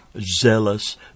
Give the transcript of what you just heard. Zealous